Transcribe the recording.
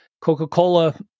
Coca-Cola